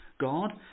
god